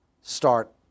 start